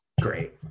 great